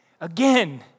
Again